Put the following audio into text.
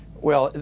well,